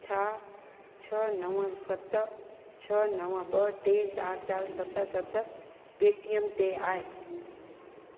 छा छह नव सत छ्ह नव ॿ टे चार चार सत सत पेटीएम ते आहे